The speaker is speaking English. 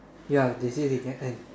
ya they say they can end